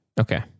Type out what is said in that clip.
Okay